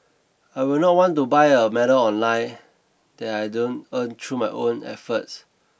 I will not want to buy a medal online that I don't earn through my own efforts